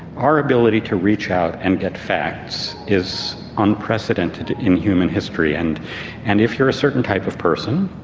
our ability to reach out and get facts is unprecedented in human history, and and if you are a certain type of person,